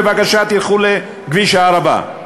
בבקשה, תלכו לכביש הערבה.